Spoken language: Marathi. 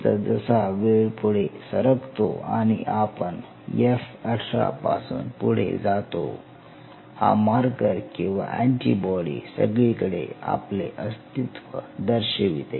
जसजसा वेळ पुढे सरकतो आणि आपण F18 पासून पुढे जातो हा मार्कर किंवा अँटीबॉडी सगळीकडे आपले अस्तित्व दर्शविते